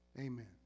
Amen